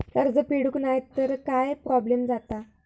कर्ज फेडूक नाय तर काय प्रोब्लेम जाता?